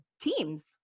teams